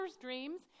dreams